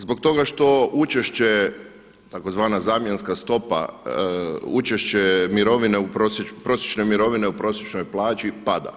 Zbog toga što učešće tzv. zamjenska stopa, učešće mirovine, prosječne mirovine u prosječnoj plaći pada.